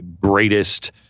greatest